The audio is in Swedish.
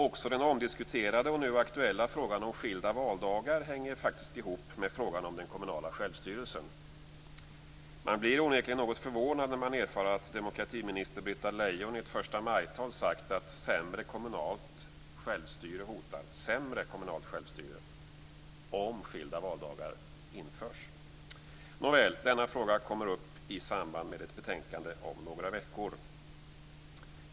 Också den omdiskuterade och nu aktuella frågan om skilda valdagar hänger faktiskt ihop med frågan om den kommunala självstyrelsen. Man blir onekligen något förvånad när man erfar att demokratiminister Britta Lejon i ett förstamajtal sagt att sämre kommunalt självstyre hotar om skilda valdagar införs. Nåväl, denna fråga kommer upp i samband med ett betänkande om några veckor.